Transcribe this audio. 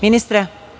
Ministre?